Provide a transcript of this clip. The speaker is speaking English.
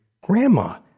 Grandma